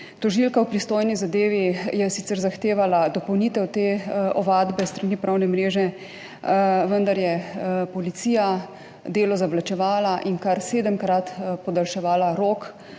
Tožilka v pristojni zadevi je sicer zahtevala dopolnitev te ovadbe s strani Pravne mreže, vendar je policija delo zavlačevala in kar sedemkrat zapovrstjo